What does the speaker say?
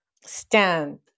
stand